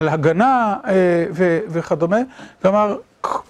להגנה, וכדומה, כלומר...